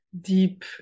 deep